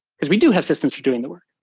because we do have systems for doing the work.